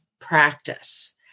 practice